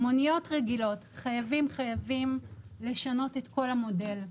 מוניות רגילות, חייבים לשנות את כל המודל.